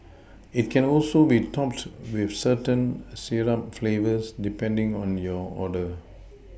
it can also be topped with certain syrup flavours depending on your order